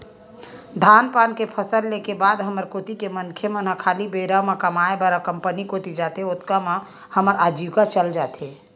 धान पान के फसल ले के बाद हमर कोती के मनखे मन ह खाली बेरा म कमाय बर कंपनी कोती जाथे, ओतका म हमर अजीविका चल जाथे